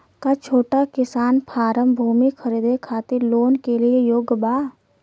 का छोटा किसान फारम भूमि खरीदे खातिर लोन के लिए योग्य बा?